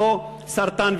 כמו סרטן,